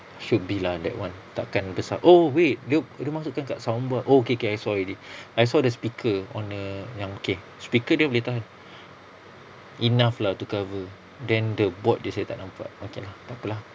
should be lah that [one] tak kan besar oh wait dia dia masukkan dekat sound board oh okay okay I saw already I saw the speaker on a yang okay speaker dia boleh tahan enough lah to cover then the board jer saya tak nampak okay lah takpe lah